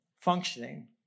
functioning